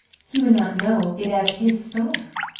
he would not know it as his star.